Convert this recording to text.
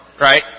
right